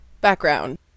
Background